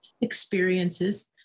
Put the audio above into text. experiences